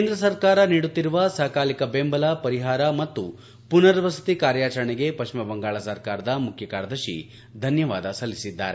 ಕೇಂದ್ರ ಸರ್ಕಾರ ನೀಡುತ್ತಿರುವ ಸಕಾಲಿಕ ಬೆಂಬಲ ಪರಿಹಾರ ಮತ್ತು ಮನರ್ವಸತಿ ಕಾರ್ಯಾಚರಣೆಗೆ ಪಶ್ಚಿಮ ಬಂಗಾಳ ಸರ್ಕಾರದ ಮುಖ್ಯ ಕಾರ್ಯದರ್ಶಿ ಧನ್ನವಾದ ಸಲ್ಲಿಸಿದ್ದಾರೆ